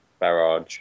Barrage